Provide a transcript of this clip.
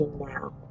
now